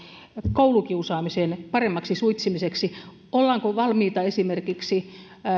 koulukiusaamisen paremmaksi suitsimiseksi ollaanko valmiita esimerkiksi